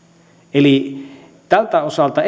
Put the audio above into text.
eli tältä osalta